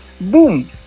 boom